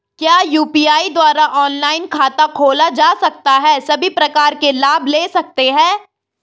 क्या यु.पी.आई द्वारा ऑनलाइन खाता खोला जा सकता है सभी प्रकार के लाभ ले सकते हैं?